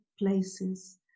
places